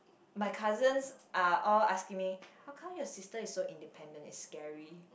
my cousins are all asking me how come your sister is so independent is scary